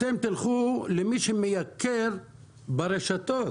אתם תלכו למי שמייקר ברשתות,